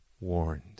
warned